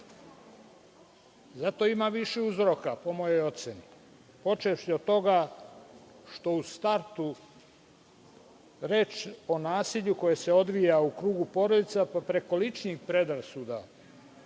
Zato ima više uzoraka po mojoj oceni, počevši od toga što u startu je reč o nasilju koje se odvija u krugu porodice a preko ličnih predrasuda